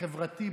בחברתי,